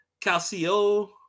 Calcio